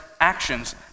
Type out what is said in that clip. actions